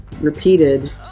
repeated